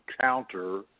counter